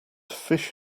fish